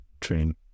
train